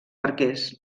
arquers